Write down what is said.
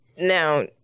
Now